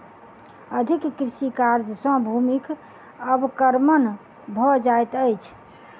अधिक कृषि कार्य सॅ भूमिक अवक्रमण भ जाइत अछि